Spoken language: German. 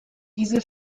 diese